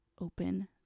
open